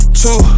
two